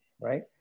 right